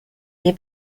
che